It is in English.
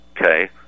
Okay